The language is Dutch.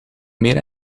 meer